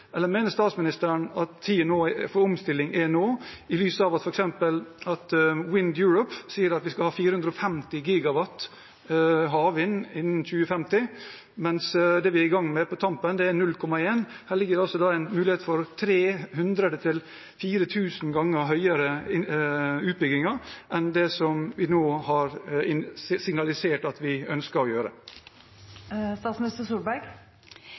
Eller mener statsministeren at tiden for omstilling er nå, i lys av at f.eks. WindEurope sier at vi skal ha 450 GW havvind innen 2050? Det vi er gang med på Tampen, er 0,1. Her ligger det altså en mulighet for 300–4 000 ganger høyere utbygging enn det vi nå har signalisert at vi ønsker å